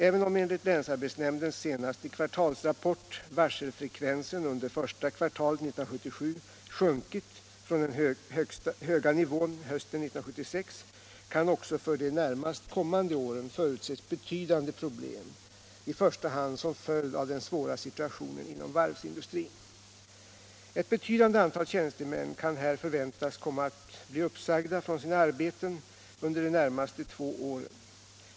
Även om enligt länsarbetsnämndens senaste kvartalsrapport varselfrekvensen under första kvartalet 1977 sjunkit från den höga nivån hösten 1976, kan också för de närmast kommande åren förutses betydande problem, i första hand som följd av den svåra situationen inom varvsindustrin. Ett betydande antal tjänstemän kan här förväntas komma att bli uppsagda från sina arbeten under de närmaste två åren.